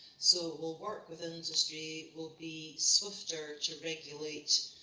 so we'll work with industry, we'll be swifter to regulate,